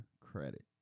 credit